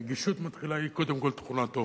נגישות היא קודם כול תכונת אופי.